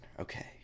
okay